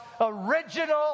original